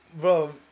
Bro